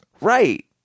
Right